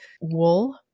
wool